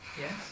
Yes